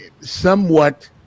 somewhat